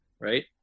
right